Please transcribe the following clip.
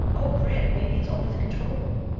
oh gregg, maybe it's only the control room.